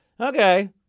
okay